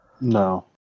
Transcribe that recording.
No